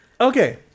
okay